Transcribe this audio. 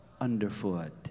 underfoot